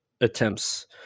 attempts